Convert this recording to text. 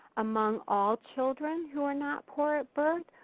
among all children who are not poor at birth,